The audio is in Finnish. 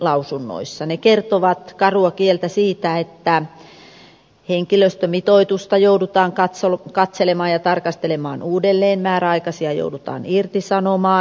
ne kertovat karua kieltä siitä että henkilöstömitoitusta joudutaan katselemaan ja tarkastelemaan uudelleen määräaikaisia joudutaan irtisanomaan